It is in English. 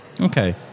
Okay